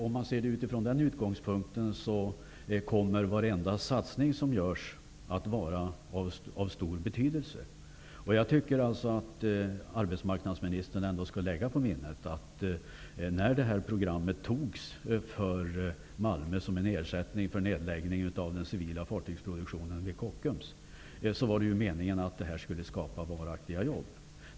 Om man ser det från denna utgångspunkt kommer varenda satsning som görs att vara av stor betydelse. Jag tycker alltså att arbetsmarknadsministern ändå skall lägga på minnet att när detta program för Malmö antogs, som en ersättning för nedläggningen av den civila fartygsproduktionen vid Kockums, var det meningen att detta skulle skapa varaktiga jobb.